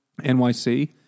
NYC